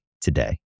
today